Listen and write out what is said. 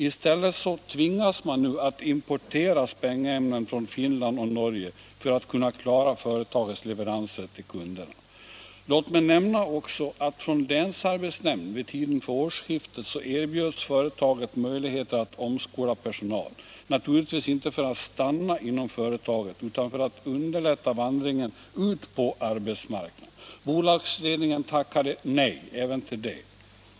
I stället tvingas företaget nu att importera sprängämnen från Finland och Norge för att kunna klara sina leveranser till kunderna. Låt mig också nämna att företaget från länsarbetsnämnden vid tiden för årsskiftet erbjöds möjligheter att omskola personalen — naturligtvis inte för att den skulle stanna inom företaget, utan för att vandringen ut på arbetsmarknaden skulle underlättas. Bolagsledningen tackade emellertid nej även till detta.